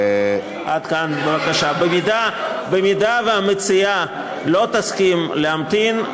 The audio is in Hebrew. במידה שהמציעה לא תסכים להמתין,